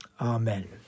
Amen